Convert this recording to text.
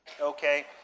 okay